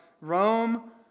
Rome